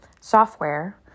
software